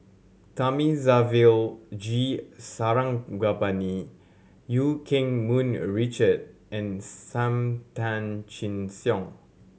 Thamizhavel G Sarangapani Eu Keng Mun a Richard and Sam Tan Chin Siong